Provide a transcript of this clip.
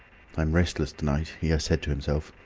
i'm restless to-night, he said to himself.